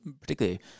particularly